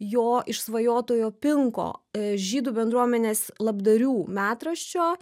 jo išsvajotojo pinko žydų bendruomenės labdarių metraščio